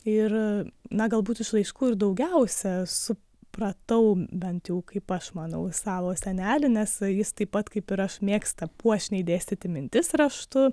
ir na galbūt iš laiškų ir daugiausia supratau bent jau kaip aš manau savo senelį nes jis taip pat kaip ir aš mėgsta puošniai dėstyti mintis raštu